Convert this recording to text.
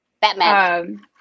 Batman